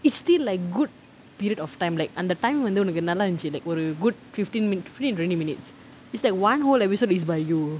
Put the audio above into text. it's still like good period of time like அந்த:antha time வந்து உனக்கு நல்லா இருந்துச்சு:vanthu unakku nallaa irunthuchu good fifteen min~ fifteen to twenty minutes it's like one whole episode is by you